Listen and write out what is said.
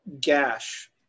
gash